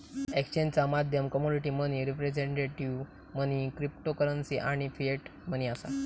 एक्सचेंजचा माध्यम commodity money, representative money, cryptocurrency आणि फिएट मनी असा